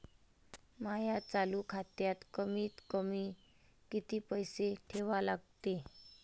माया चालू खात्यात कमीत कमी किती पैसे ठेवा लागते?